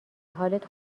حالت